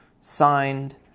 signed